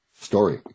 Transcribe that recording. story